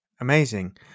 Amazing